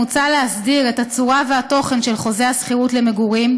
מוצע להסדיר את הצורה והתוכן של חוזה השכירות למגורים,